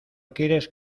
quieres